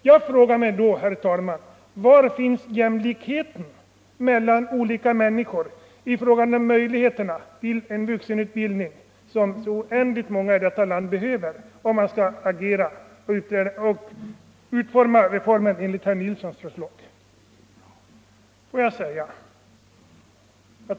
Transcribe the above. Jag frågar mig då, herr talman: Var finns jämlikheten mellan olika människor i fråga om möjligheter till vuxenutbildning, som så många människor i detta land behöver, om man skall utforma reformen enligt herr Nilssons förslag?